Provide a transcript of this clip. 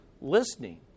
listening